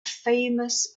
famous